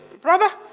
Brother